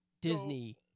Disney